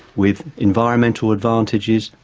with environmental advantages.